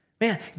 man